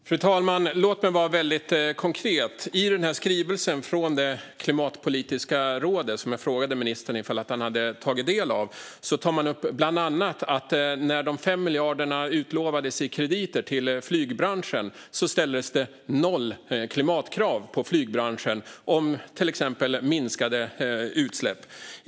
Fru talman! Låt mig vara väldigt konkret. I skrivelsen från det klimatpolitiska rådet, som jag frågade ministern om han hade tagit del av, tar man bland annat upp att när de 5 miljarderna i krediter utlovades till flygbranschen ställdes det noll klimatkrav på flygbranschen om exempelvis minskade utsläpp.